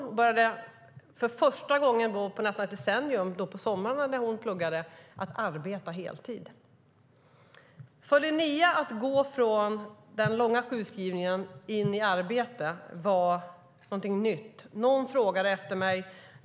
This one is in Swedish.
Och på sommaren, när hon pluggade, började hon för första gången på nästan ett decennium att arbeta heltid. Att gå från den långa sjukskrivningen in i arbete var någonting nytt för Linnea. Någon frågade efter henne.